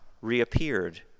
reappeared